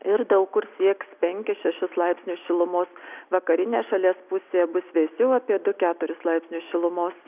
ir daug kur sieks penkis šešis laipsnius šilumos vakarinėj šalies pusėje bus vėsiau apie du keturis laipsnius šilumos